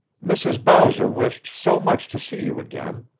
mrs. bowser wished so much to see you again.